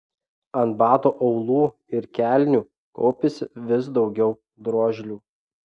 ant batų aulų ir kelnių kaupėsi vis daugiau drožlių